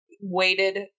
weighted